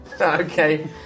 Okay